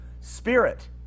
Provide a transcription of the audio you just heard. spirit